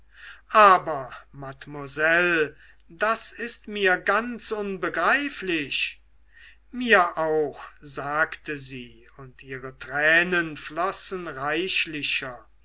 aber mademoiselle das ist mir ganz unbegreiflich mir auch sagte sie und ihre tränen flossen reichlicher